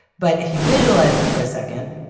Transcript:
but if you visualize it for a second.